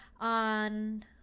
on